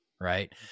right